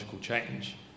change